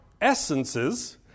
essences